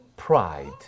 Pride